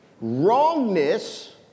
Wrongness